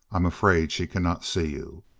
i'm afraid she cannot see you.